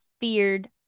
feared